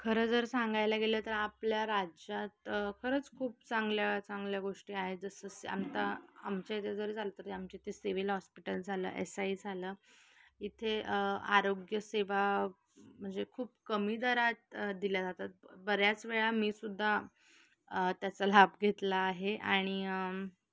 खरं जर सांगायला गेलं तर आपल्या राज्यात खरंच खूप चांगल्या चांगल्या गोष्टी आहेत जसं आमता आमच्या इथे जरी चालतं तरी आमच्या इथे सिविल हॉस्पिटल झालं एस आय झालं इथे आरोग्य सेवा म्हणजे खूप कमी दरात दिल्या जातात बऱ्याच वेळा मी सुद्धा त्याचा लाभ घेतला आहे आणि